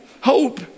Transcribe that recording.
hope